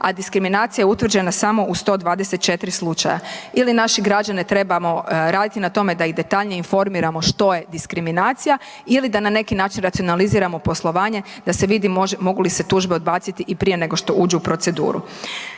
a diskriminacija je utvrđena samo u 124 slučaja, ili naše građane trebamo raditi na tome da ih detaljnije informiramo što je diskriminacija ili da na neki način racionaliziramo poslovanje da se vidi mogu li se tužbe odbaciti i prije nego što uđu u proceduru.